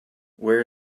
where